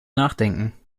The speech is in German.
nachdenken